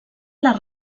les